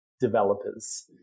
developers